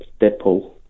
Deadpool